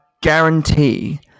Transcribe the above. guarantee